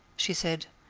she said,